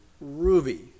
ruby